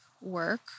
work